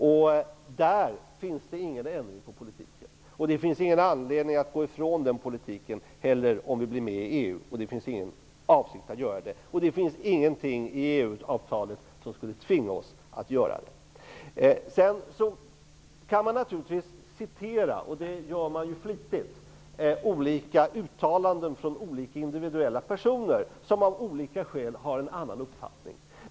I det avseendet görs det ingen ändring av politiken. Det finns ingen anledning att gå ifrån den politiken, även om vi går med i EU. Det finns ingen avsikt att gå ifrån den. Det finns ingenting i EU-avtalet som skulle kunna tvinga oss att göra det. Man kan naturligtvis citera -- det gör man flitigt -- olika uttalanden från olika individuella personer som av olika skäl har en annan uppfattning.